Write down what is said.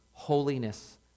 holiness